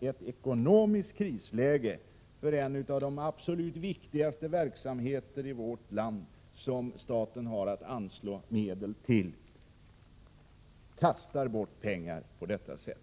ett ekonomiskt krisläge för en av de absolut viktigaste verksamheter i vårt land som staten har att anslå medel till kastar bort pengar på detta sätt.